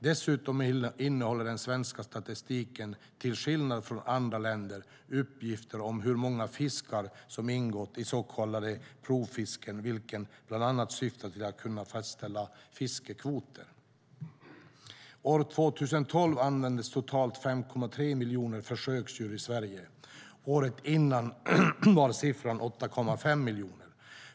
Dessutom innehåller den svenska statistiken, till skillnad från i andra länder, uppgifter om hur många fiskar som ingått i så kallade provfisken, vilka bland annat syftar till att kunna fastställa fiskekvoter. År 2012 användes totalt 5,3 miljoner försöksdjur i Sverige. Året innan var siffran 8,5 miljoner.